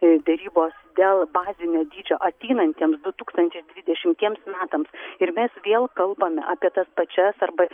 derybos dėl bazinio dydžio ateinantiems du tūkstančiai dvidešimtiems metams ir mes vėl kalbame apie tas pačias arba